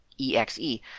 -exe